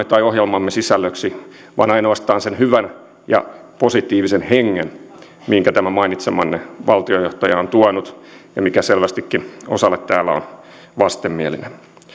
tai ohjelmamme sisällöksi vaan ainoastaan sen hyvän ja positiivisen hengen minkä tämä mainitsemanne valtionjohtaja on tuonut ja mikä selvästikin osalle täällä on vastenmielinen